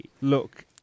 look